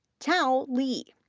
tao li,